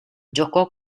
giocò